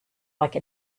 like